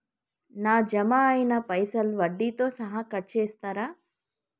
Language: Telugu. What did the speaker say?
నా జమ అయినా పైసల్ వడ్డీతో సహా కట్ చేస్తరా?